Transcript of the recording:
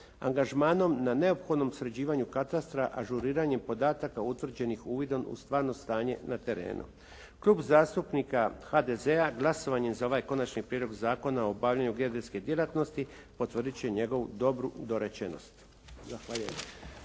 angažmanom na neophodnom sređivanju katastra, ažuriranjem podataka utvrđenih uvidom u stvarno stanje na terenu. Klub zastupnika HDZ-a glasovanjem za ovaj Konačni prijedlog Zakona o obavljanju geodetske djelatnosti potvrdit će njegovu dobru dorečenost.